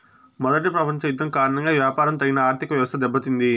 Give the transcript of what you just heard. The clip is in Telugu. మొదటి ప్రపంచ యుద్ధం కారణంగా వ్యాపారం తగిన ఆర్థికవ్యవస్థ దెబ్బతింది